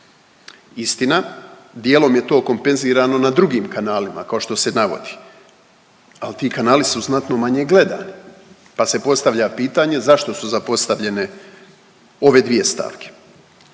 Istina, dijelom je to kompenzirano na drugim kanalima, kao što se navodi, ali ti kanali su znatno manje gledani pa se postavlja pitanje zašto su zapostavljene ove dvije stavke.